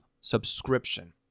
subscription